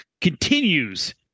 continues